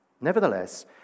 Nevertheless